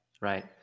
right